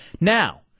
Now